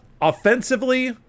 offensively